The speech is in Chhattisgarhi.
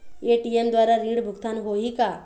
ए.टी.एम द्वारा ऋण भुगतान होही का?